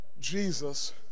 Jesus